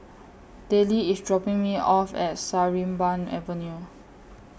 Dellie IS dropping Me off At Sarimbun Avenue